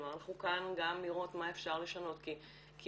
כלומר אנחנו כאן גם לראות מה אפשר לשנות כי בהגדרות,